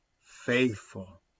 faithful